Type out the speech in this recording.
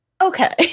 Okay